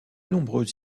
nombreux